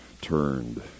turned